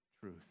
truth